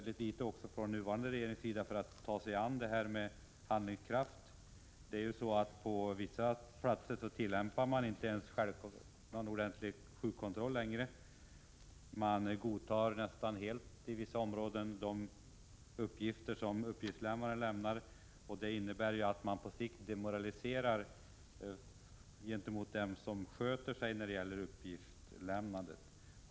Den nuvarande regeringen har visat väldigt litet handlingskraft. På vissa platser tillämpar man inte ordentlig sjukkontroll längre. I vissa områden godtar man nästan helt uppgiftslämnarens uppgifter. På sikt är det demoraliserande gentemot dem som sköter sig när det gäller uppgiftslämnande.